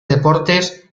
deportes